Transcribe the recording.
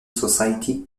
society